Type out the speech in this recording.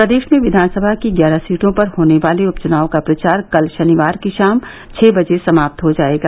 प्रदेश में विधानसभा की ग्यारह सीटों पर होने वाले उपचुनाव का प्रचार कल शनिवार की शाम छह बजे समात हो जाएगा